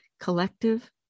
collective